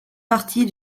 partie